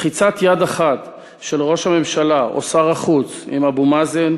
לחיצת יד אחת של ראש הממשלה או שר החוץ עם אבו מאזן